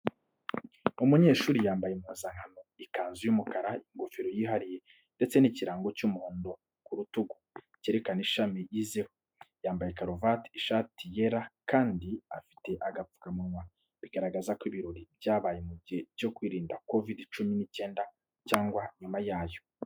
Umunyeshuri yambaye impuzankano, ikanzu y'umukara, ingofero yihariye ndetse n’ikirango cy’umuhondo ku rutugu, cyerekana ishami yizeho. Yambaye karavate, ishati yera kandi afite agapfukamunwa, bigaragaza ko ibirori byabaye mu gihe cyo kwirinda kovidi cumi n'icyenda cyangwa nyuma yayo.